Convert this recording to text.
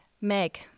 Meg